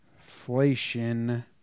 Inflation